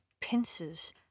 pincers